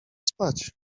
spać